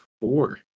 four